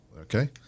Okay